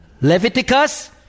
Leviticus